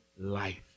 life